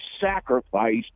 sacrificed